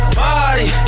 party